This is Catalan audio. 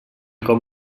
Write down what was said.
com